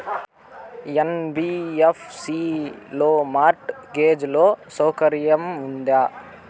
NBFC లో mortgage loan సౌకర్యం ఉందా?